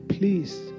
Please